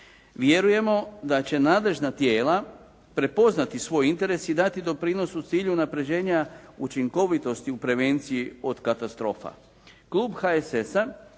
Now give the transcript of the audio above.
Vjerujemo da će nadležna tijela prepoznati svoj interes i dati doprinos u cilju unapređenja učinkovitosti u prevenciji od katastrofa.